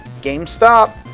GameStop